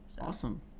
Awesome